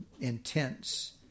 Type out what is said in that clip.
intense